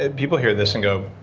and people hear this and go,